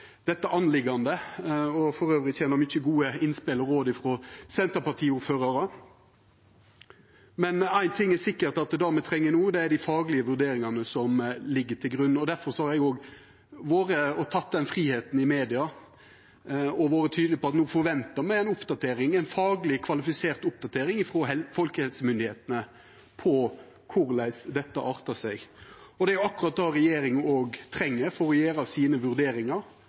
og elles kjem det mange gode råd og innspel frå senterpartiordførarar – men éin ting er sikkert, og det er at det me treng no, er dei faglege vurderingane som ligg til grunn. Difor har eg teke meg den fridomen i media å vera tydeleg på at me no forventar ei oppdatering, ei fagleg kvalifisert oppdatering frå folkehelsemyndigheitene på korleis dette artar seg. Det er akkurat det regjeringa treng for å gjera sine vurderingar